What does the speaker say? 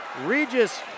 Regis